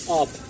up